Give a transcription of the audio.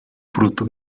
fruto